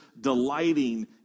delighting